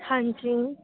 ਹਾਂਜੀ